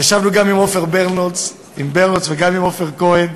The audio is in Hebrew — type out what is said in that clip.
ישבנו גם עם עמוס ברנהולץ וגם עם עופר כהן,